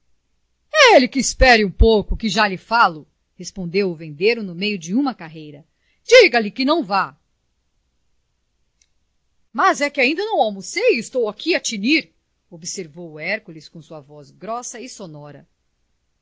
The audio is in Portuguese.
ele que espere um pouco que já lhe falo respondeu o vendeiro no meio de uma carreira diga-lhe que não vá mas é que ainda não almocei e estou aqui a tinir observou o hércules com a sua voz grossa e sonora